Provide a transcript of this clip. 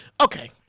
Okay